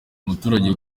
umuturage